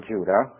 Judah